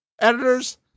Editors